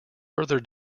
further